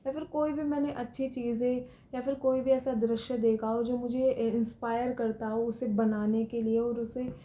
या फिर कोई भी मैंने अच्छी चीज़े या फिर कोई भी ऐसा दृश्य देखा हो जो मुझे इंस्पायर करता हो उसे बनाने के लिए और उसे